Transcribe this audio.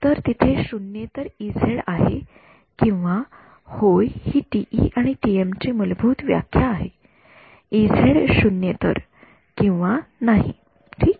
तर तिथे शून्येतर आहे किंवा होय ही टीई आणि टीएम ची मूलभूत व्याख्या आहे शून्येतर किंवा नाही ठीक